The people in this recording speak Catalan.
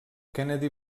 kennedy